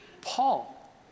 Paul